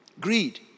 Greed